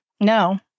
No